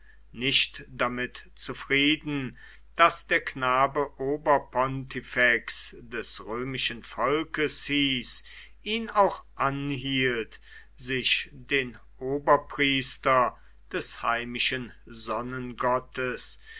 nicht damit zufrieden daß der knabe oberpontifex des römischen volkes hieß ihn auch anhielt sich den oberpriester des heimischen